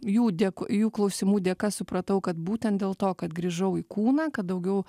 jų dėk jų klausimų dėka supratau kad būtent dėl to kad grįžau į kūną kad daugiau